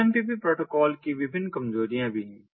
XMPP protocol की विभिन्न कमजोरियां भी हैं